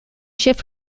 shift